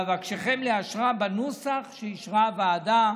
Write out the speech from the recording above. ואבקשכם לאשרה בנוסח שאישרה הוועדה.